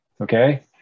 okay